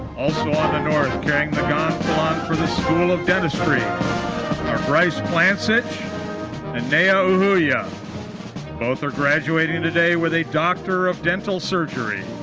also on the north, carrying the gonfalon for the school of dentistry are bryce plansit and nao ohuya both are graduating today with a doctor of dental surgery.